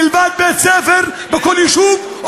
מלבד בית-ספר בכל יישוב,